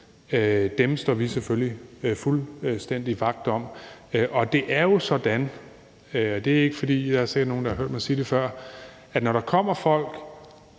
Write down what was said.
– står vi selvfølgelig fuldstændig vagt om. Det er jo sådan, og der er sikkert nogen, der har hørt